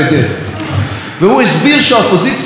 והוא הסביר שהאופוזיציה מנותקת,